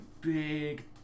big